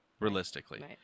realistically